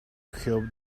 help